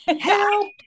Help